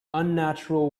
unnatural